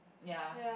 ya